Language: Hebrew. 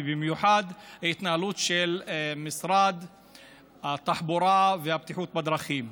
ובמיוחד על ההתנהלות של משרד התחבורה והבטיחות בדרכים.